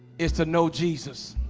is to know jesus